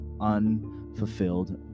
unfulfilled